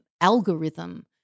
algorithm